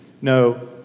No